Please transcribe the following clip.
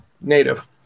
Native